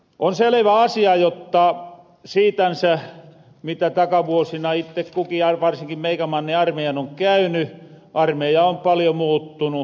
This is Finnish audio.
on selevä asia jotta siitänsä mitä takavuosina itte kukin ja varsinkin meikämanne armeijan on käyny armeija on paljo muuttunu